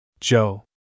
Joe